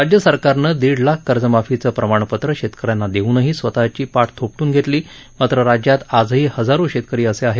राज्य सरकारनं दीड लाख कर्जमाफीचं प्रमाणपत्र शेतक यांना देऊनही स्वतःची पाट थोपटून घेतली मात्र राज्यात आजही हजारो शेतकरी असे आहेत